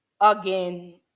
again